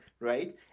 right